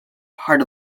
part